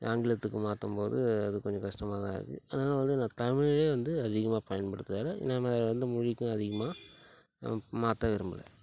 ஆங்கிலத்துக்கு மாற்றும் போது அது கொஞ்ச கஷ்டமாகதா இருக்குது அதனால் வந்து நான் தமிழே வந்து அதிகமாக பயன்படுத்துகிறதால நாம் வந்து மொழிக்கும் அதிகமாக அ மாற்ற விரும்பலை